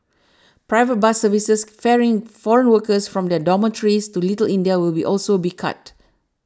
private bus services ferrying foreign workers from their dormitories to Little India will be also be cut